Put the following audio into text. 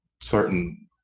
certain